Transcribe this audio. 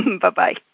Bye-bye